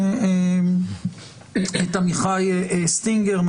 עמיחי סטינגר,